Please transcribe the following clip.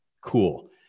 Cool